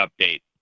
update